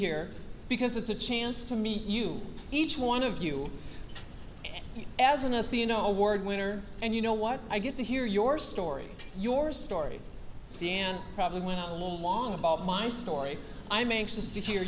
here because it's a chance to meet you each one of you as an at the you know award winner and you know what i get to hear your story your story the and probably went out a little long about my story i makes this to hear